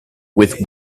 with